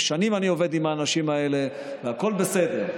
ושנים אני עובד עם האנשים האלה והכול בסדר.